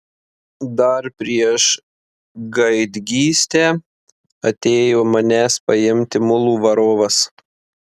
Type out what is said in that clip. dar prieš gaidgystę atėjo manęs paimti mulų varovas